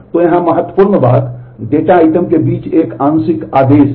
तो यहाँ महत्वपूर्ण बात डेटा आइटम के बीच एक आंशिक आदेश है